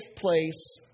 place